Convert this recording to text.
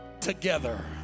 together